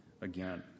again